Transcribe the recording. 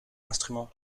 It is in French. instruments